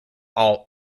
all